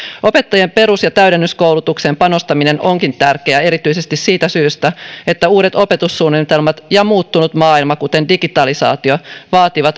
opettajan perus ja täydennyskoulutukseen panostaminen onkin tärkeää erityisesti siitä syystä että uudet opetussuunnitelmat ja muuttunut maailma kuten digitalisaatio vaativat